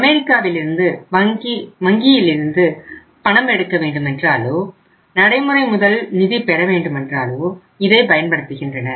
அமெரிக்காவில் வங்கியிலிருந்து பணம் எடுக்க வேண்டும் என்றாலோ நடைமுறை முதல் நிதி பெறவேண்டுமென்றாலோ இதை பயன்படுத்துகின்றனர்